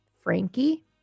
frankie